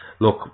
Look